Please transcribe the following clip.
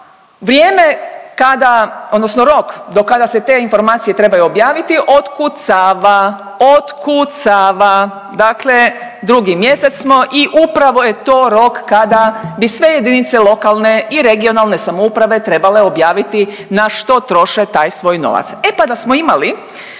vrijeme kada, odnosno rok do kada se te informacije trebaju javiti otkucava, otkucava, dakle, drugi mjesec smo i upravo je to rok kada bi sve jedinice lokalne i regionalne samouprave trebale objaviti na što troše taj svoj novac. E pa da smo imali